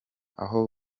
aho